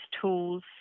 tools